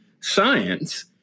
science